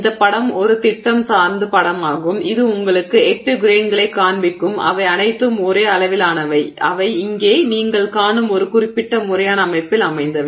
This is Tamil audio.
இந்த படம் ஒரு திட்டம் சார்ந்த படமாகும் இது உங்களுக்கு 8 கிரெய்ன்களைக் காண்பிக்கும் அவை அனைத்தும் ஒரே அளவிலானவை அவை இங்கே நீங்கள் காணும் ஒரு குறிப்பிட்ட முறையான அமைப்பில் அமைந்தவை